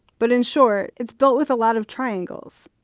but in short, it's built with a lot of triangles.